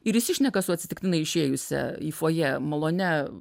ir įsišneka su atsitiktinai išėjusia į fojė malonia